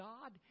God